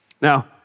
Now